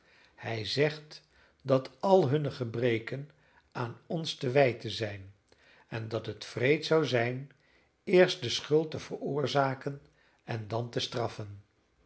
hij zegt dat al hunne gebreken aan ons te wijten zijn en dat het wreed zou zijn eerst de schuld te veroorzaken en dan te straffen